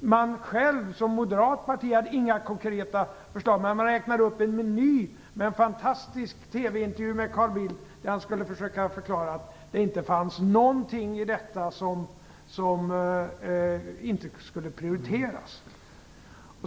Moderata samlingspartiet hade själv inga konkreta förslag. Man räknade upp en meny. I en fantastisk TV-intervju med Carl Bildt skulle han försöka förklara att det inte fanns någonting i denna som inte skulle prioriteras.